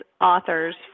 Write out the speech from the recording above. authors